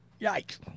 Yikes